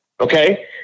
Okay